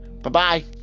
Bye-bye